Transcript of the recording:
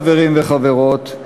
חברים וחברות,